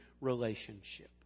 relationship